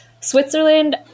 Switzerland